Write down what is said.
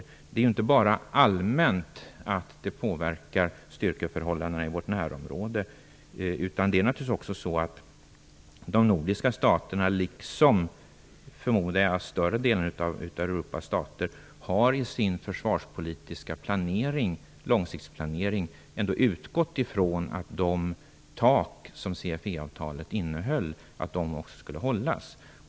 Detta gäller inte bara allmänt, att det påverkar styrkeförhållandena i vårt närområde, utan det är naturligtvis också så att de nordiska staterna, liksom förmodligen större delen av Europas stater, i sin försvarspolitiska långsiktsplanering har utgått från att de tak som CFE-avtalet innehöll också skall hållas.